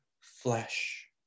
flesh